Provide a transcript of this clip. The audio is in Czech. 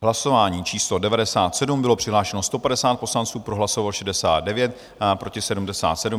Hlasování číslo 97, bylo přihlášeno 150 poslanců, pro hlasovalo 69, proti 77.